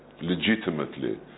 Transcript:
legitimately